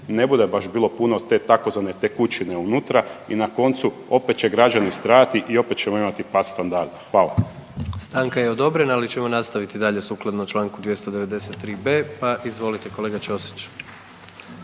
ne bude baš bilo od te tzv. tekućine unutra i na koncu opet će građani stradati i opet ćemo imamo pad standarda. Hvala. **Jandroković, Gordan (HDZ)** Stanka je odobrena, ali ćemo nastaviti dalje sukladno Članku 293b., pa izvolite kolega Ćosić.